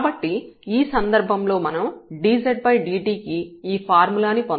కాబట్టి ఈ సందర్భంలో మనం dzdt కి ఈ ఫార్ములాను పొందవచ్చు